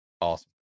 Awesome